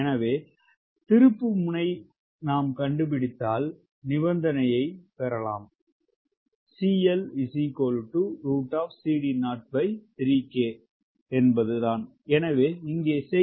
எனவே திருப்புமுனை கண்டுபிடித்தால் நிபந்தனை பெறலாம் எனவே இங்கே செய்தி என்ன